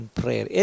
prayer